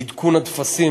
עדכון הטפסים,